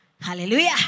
hallelujah